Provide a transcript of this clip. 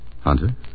Hunter